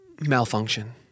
malfunction